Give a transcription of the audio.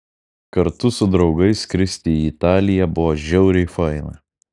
kartu su draugais skristi į italiją buvo žiauriai faina